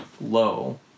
low